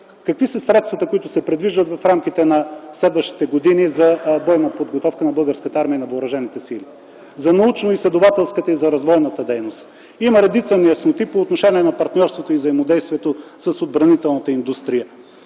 Какви са средствата, които се предвиждат в рамките на следващите години за бойна подготовка на Българската армия, на въоръжените сили, за научноизследователската и за развойната дейност? Има редица неясноти по отношение на партньорството и взаимодействието с отбранителната индустрия.